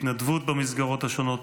בהתנדבות במסגרות השונות